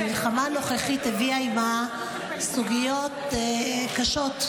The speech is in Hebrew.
המלחמה הנוכחית הביאה עימה סוגיות קשות,